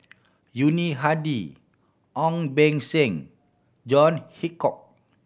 Yuni Hadi Ong Beng Seng John Hitchcock